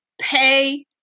pay